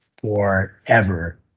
forever